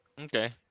okay